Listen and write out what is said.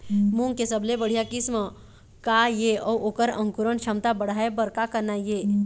मूंग के सबले बढ़िया किस्म का ये अऊ ओकर अंकुरण क्षमता बढ़ाये बर का करना ये?